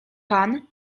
pan